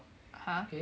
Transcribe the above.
(uh huh)